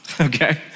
okay